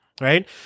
right